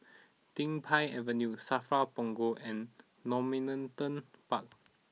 Din Pang Avenue Safra Punggol and Normanton Park